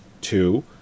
two